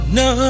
no